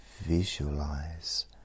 visualize